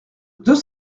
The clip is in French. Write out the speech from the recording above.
deux